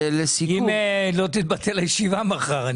לא תתבטל הישיבה מחר.